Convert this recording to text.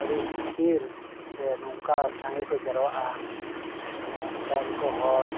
ᱟᱹᱰᱤ ᱰᱷᱮᱨ ᱥᱮ ᱱᱚᱝᱠᱟ ᱥᱟᱸᱜᱮᱠᱚ ᱡᱟᱣᱨᱟᱜᱼᱟ ᱢᱟᱱᱮ ᱚᱸᱰᱮᱱ ᱠᱚ ᱦᱚᱲ